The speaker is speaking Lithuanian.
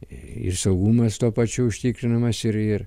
ir saugumas tuo pačiu užtikrinamas ir ir